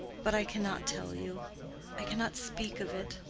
but i cannot tell you i cannot speak of it.